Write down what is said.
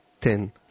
ten